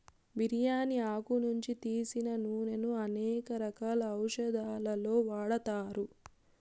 బిర్యాని ఆకు నుంచి తీసిన నూనెను అనేక రకాల ఔషదాలలో వాడతారు